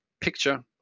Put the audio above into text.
picture